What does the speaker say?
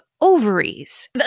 ovaries